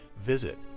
visit